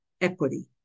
equity